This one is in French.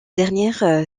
dernière